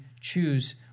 choose